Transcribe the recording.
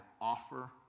offer